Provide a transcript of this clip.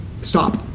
stop